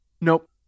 Nope